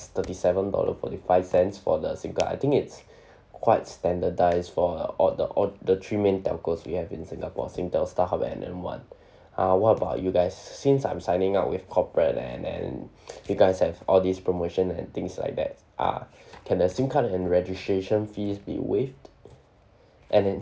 thirty seven dollar forty five cents for the SIM card I think it's quite standardise for all the all the three main telcos we have in singapore singtel starhub and M one uh what about you guys since I'm signing up with corporate and then you guys have all this promotion and things like that uh can that SIM card and registration fees be waived and then